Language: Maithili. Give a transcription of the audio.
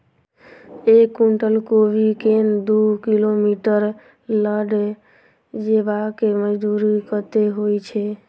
एक कुनटल कोबी केँ दु किलोमीटर लऽ जेबाक मजदूरी कत्ते होइ छै?